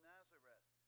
Nazareth